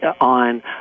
on